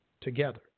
together